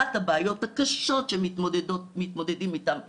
אחת הבעיות הקשות שמתמודדים איתם הקשישים,